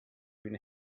live